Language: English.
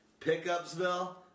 pickupsville